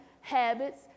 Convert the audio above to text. habits